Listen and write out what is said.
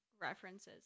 references